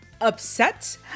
upset